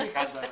הישיבה ננעלה